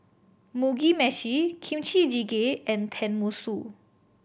Mugi Meshi Kimchi Jjigae and Tenmusu